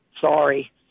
Sorry